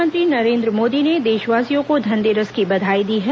प्रधानमंत्री नरेन्द्र मोदी ने देशवासियों को धनतेरस की बधाई दी है